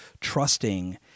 trusting